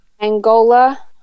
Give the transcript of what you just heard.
Angola